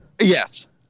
Yes